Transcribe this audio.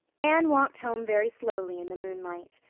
anne walked home very slowly in the moonlight.